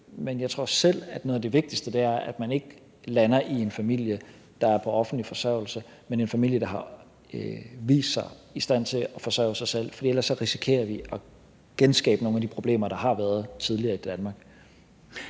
Jeg tror selv, at noget af det vigtigste er, at man ikke lander i en familie, der er på offentlig forsørgelse, men i en familie, der har vist sig i stand til at forsørge sig selv. For ellers risikerer vi at genskabe nogle af de problemer, der har været tidligere i Danmark.